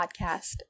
Podcast